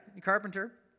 carpenter